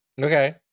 Okay